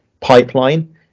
pipeline